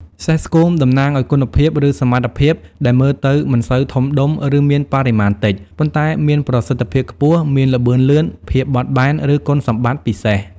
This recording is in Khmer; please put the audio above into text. សេះស្គមតំណាងឲ្យ គុណភាព ឬសមត្ថភាពដែលមើលទៅមិនសូវធំដុំ ឬមានបរិមាណតិច ប៉ុន្តែមានប្រសិទ្ធភាពខ្ពស់ មានល្បឿនលឿន ភាពបត់បែន ឬគុណសម្បត្តិពិសេស។